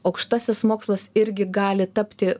aukštasis mokslas irgi gali tapti